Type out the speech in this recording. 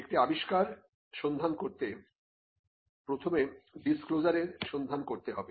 একটি আবিষ্কার সন্ধান করতে প্রথমে ডিসক্লোজারের সন্ধান করতে হবে